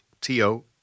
T-O